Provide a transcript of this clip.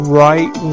right